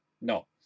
no